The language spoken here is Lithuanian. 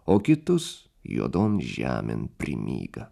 o kitus juodon žemėn primyga